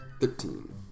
Thirteen